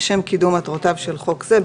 לשם קידום מטרותיו של חוק זה,